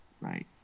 right